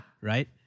Right